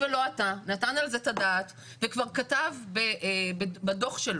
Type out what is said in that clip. נתן על זה את הדעת וכתב בדוח שלו,